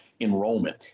enrollment